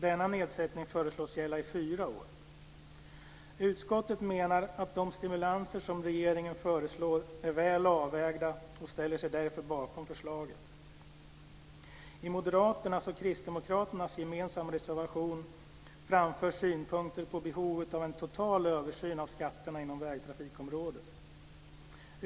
Denna nedsättning föreslås gälla i fyra år. Utskottet menar att de stimulanser som regeringen föreslår är väl avvägda, och utskottet ställer sig därför bakom förslaget. I Moderaternas och Kristdemokraternas gemensamma reservation framförs synpunkter på behovet av en total översyn av skatterna inom vägtrafikområdet.